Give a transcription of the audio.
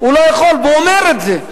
הוא לא יכול והוא אומר את זה.